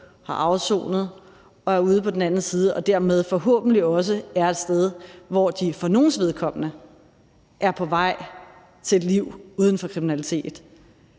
har afsonet og er ude på den anden side og dermed forhåbentlig også er et sted, hvor de for nogles vedkommende er på vej til et liv uden for kriminalitet,